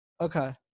Okay